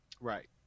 Right